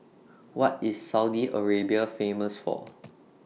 What IS Saudi Arabia Famous For